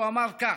הוא אמר כך: